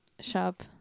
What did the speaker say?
shop